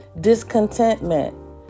Discontentment